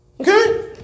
Okay